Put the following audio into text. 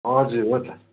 हजुर हो त